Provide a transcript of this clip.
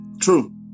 true